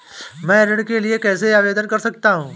मैं ऋण के लिए कैसे आवेदन कर सकता हूं?